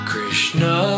Krishna